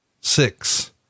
Six